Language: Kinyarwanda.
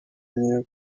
nkeya